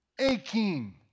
aching